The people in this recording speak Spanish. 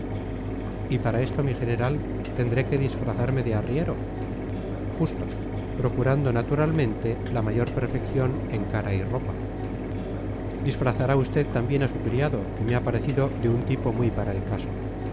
y para esto mi general tendré que disfrazarme de arriero justo procurando naturalmente la mayor perfección en cara y ropa disfrazará usted también a su criado que me ha parecido de un tipo muy para el caso